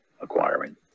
acquiring